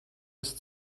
ist